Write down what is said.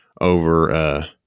over